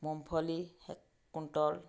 ମୁଙ୍ଗଫଲୀ quintal